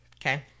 Okay